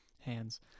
Hands